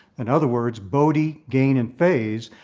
in other words, bode ah gain and phase.